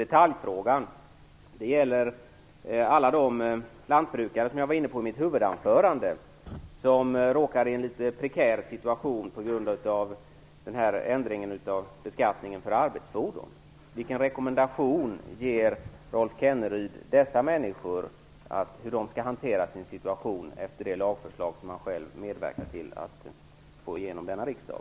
Detaljfrågan gäller alla de lantbrukare som jag var inne på i mitt huvudanförande som råkar i en något prekär situation till följd av den här ändringen av beskattningen för arbetsfordon. Vilken rekommendation ger Rolf Kenneryd dessa människor om hur de skall hantera sin situation efter det lagförslag som han själv har medverkat till att få igenom denna riksdag?